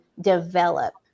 develop